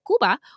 Cuba